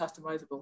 customizable